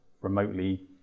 remotely